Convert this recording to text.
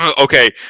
Okay